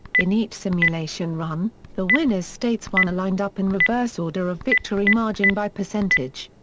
in each simulation run, the winner's states won are lined up in reverse order of victory margin by percentage.